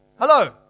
Hello